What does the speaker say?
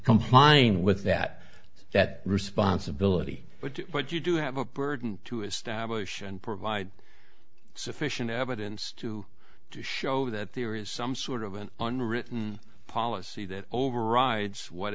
complying with that that responsibility but what you do have a burden to establish and provide sufficient evidence to show that there is some sort of an unwritten policy that overrides what